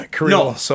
No